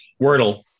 wordle